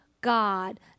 God